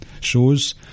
shows